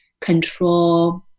control